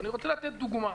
אבל אני רוצה לתת דוגמה.